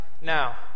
now